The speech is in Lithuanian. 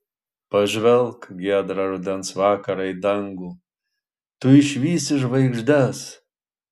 pažvelk giedrą rudens vakarą į dangų tu išvysi žvaigždes